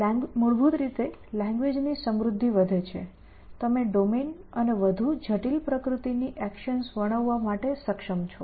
મૂળભૂત રીતે લેંગ્વેજ ની સમૃદ્ધિ વધે છે તમે ડોમેન અને વધુ જટિલ પ્રકૃતિની એકશન્સ વર્ણવવા માટે સક્ષમ છો